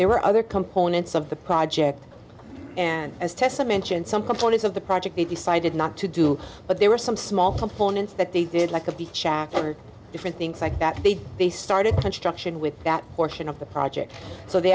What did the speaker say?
there were other components of the project and as tests i mentioned some components of the project they decided not to do but there were some small components that they didn't like of the different things like that they they started construction with that portion of the project so they